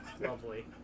Lovely